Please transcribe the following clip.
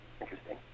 interesting